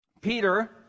Peter